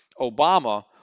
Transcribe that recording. Obama